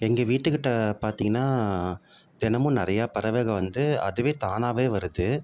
எங்கள் வீட்டு கிட்ட பார்த்திங்கனா தினமும் நிறையா பறவைங்க வந்து அதுவே தானாவே வருது